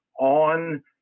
on